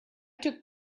took